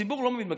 הציבור לא מבין,